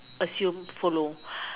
assume follow